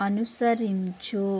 అనుసరించు